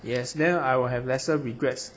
yes then I will have lesser regrets